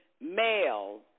male